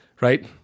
right